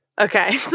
Okay